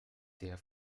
der